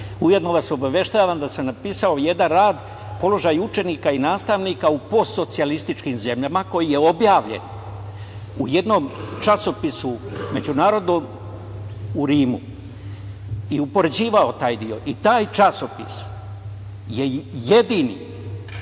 ujedno vas obaveštavam da sam napisao jedan rad „Položaj učenika i nastavnika u postsocijalističkim zemljama“, koji je objavljen u jednom časopisu međunarodnom u Rimu i upoređivao taj deo i taj časopis je jedini